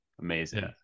Amazing